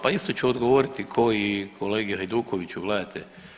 Pa isto ću odgovoriti k'o i kolegi Hajdukoviću, gledajte.